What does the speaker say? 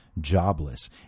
jobless